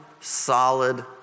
solid